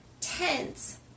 tense